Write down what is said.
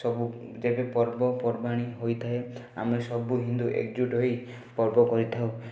ସବୁ ଯେବେ ପର୍ବପର୍ବାଣି ହୋଇଥାଏ ଆମେ ସବୁ ହିନ୍ଦୁ ଏକଜୁଟ ହୋଇ ପର୍ବ କରିଥାଉ